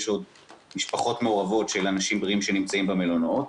יש עוד משפחות מעורבות של אנשים בריאים שנמצאים במלונות,